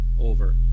over